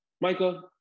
Michael